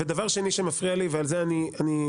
ודבר שני שמפריע לי, ועל זה אני ממש